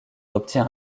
obtient